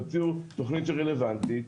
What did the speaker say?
תציעו תוכנית שרלוונטית,